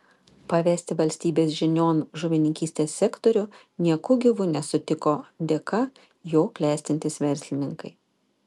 pavesti valstybės žinion žuvininkystės sektorių nieku gyvu nesutiko dėka jo klestintys verslininkai